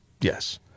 Yes